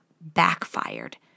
backfired